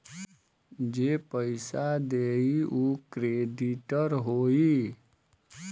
जे पइसा देई उ क्रेडिटर होई